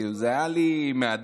כאילו, זה היה לי מאתגר.